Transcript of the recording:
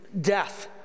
death